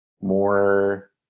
more